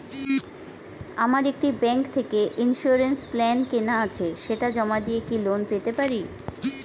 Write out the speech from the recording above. আমার একটি ব্যাংক থেকে ইন্সুরেন্স প্ল্যান কেনা আছে সেটা জমা দিয়ে কি লোন পেতে পারি?